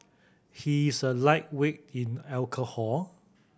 he is a lightweight in alcohol